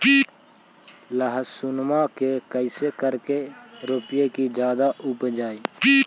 लहसूनमा के कैसे करके रोपीय की जादा उपजई?